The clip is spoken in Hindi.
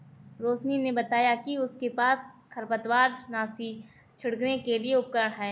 रोशिनी ने बताया कि उसके पास खरपतवारनाशी छिड़कने के लिए उपकरण है